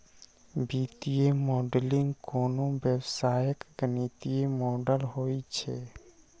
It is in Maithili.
वित्तीय मॉडलिंग कोनो व्यवसायक गणितीय मॉडल होइ छै